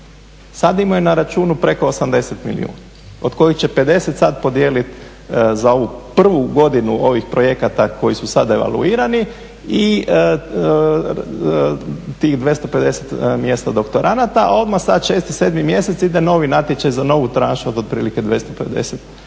Sad imaju na računu preko 80 milijuna, od kojih će 50 sada podijeliti za ovu prvu godinu ovih projekata koji su sada evaluirani i tih 250 mjesta doktoranata, a odmah sad 6., 7. mjesec ide novi natječaj za novu tranšu od otprilike 250 projekata.